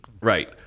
right